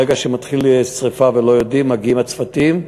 ברגע שמתחילה שרפה ולא יודעים, מגיעים הצוותים.